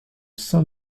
sein